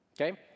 Okay